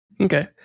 Okay